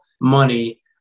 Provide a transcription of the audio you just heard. money